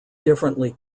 differently